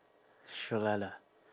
sholala